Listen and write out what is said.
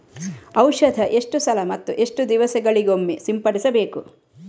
ಔಷಧ ಎಷ್ಟು ಸಲ ಮತ್ತು ಎಷ್ಟು ದಿವಸಗಳಿಗೊಮ್ಮೆ ಸಿಂಪಡಿಸಬೇಕು?